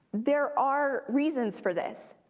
there are reasons for this.